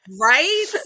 Right